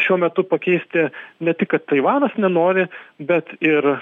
šiuo metu pakeisti ne tik kad taivanas nenori bet ir